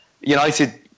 United